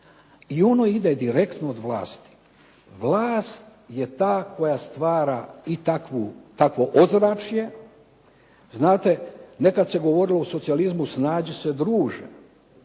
i ono ide direktno od vlasti. Vlast je ta koja stvara i takvo ozračje. Znate, nekad se govorilo o socijalizmu "Snađi se druže.".